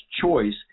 choice